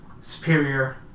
Superior